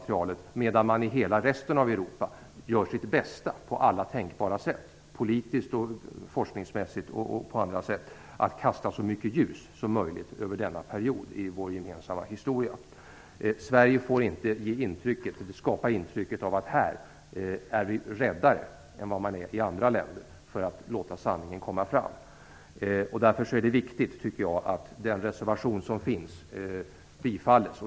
I resten av Europa gör man sitt bästa, politiskt och forskningsmässigt, för att kasta så mycket ljus som möjligt över denna period i vår gemensamma historia. Vi får inte skapa intryck av att vi i Sverige är mer rädda än man är i andra länder för att låta sanningen komma fram. Därför är det viktigt att den reservation som finns bifalls.